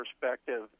perspective